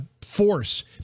force